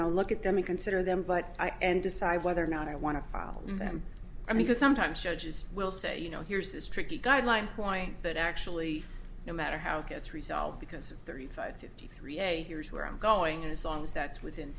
know look at them and consider them but i and decide whether or not i want to follow them i mean sometimes judges will say you know here's this tricky guideline point but actually no matter how it gets resolved because thirty five fifty three a here is where i'm going as long as that's within